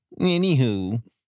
Anywho